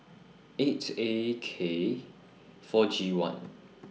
eight A K four G one